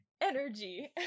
energy